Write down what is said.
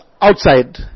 outside